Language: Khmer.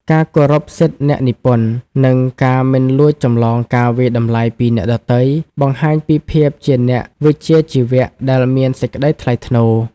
ការគោរពសិទ្ធិអ្នកនិពន្ធ និងការមិនលួចចម្លងការវាយតម្លៃពីអ្នកដទៃ បង្ហាញពីភាពជាអ្នកវិជ្ជាជីវៈដែលមានសេចក្តីថ្លៃថ្នូរ។